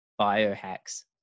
biohacks